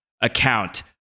account